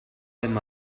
him